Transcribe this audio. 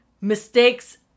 mistakes